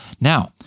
Now